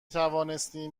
توانستیم